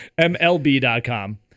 MLB.com